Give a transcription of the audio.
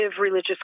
religious